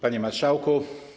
Panie Marszałku!